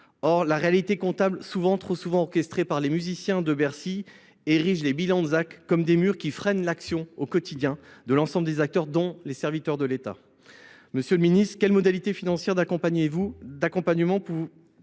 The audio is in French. Or la réalité comptable, trop souvent orchestrée par les musiciens de Bercy, érige les bilans des zones d’aménagement concerté (ZAC) comme des murs qui freinent l’action au quotidien de l’ensemble des acteurs, dont les serviteurs de l’État. Monsieur le ministre, quelles modalités financières d’accompagnement prévoyez